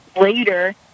later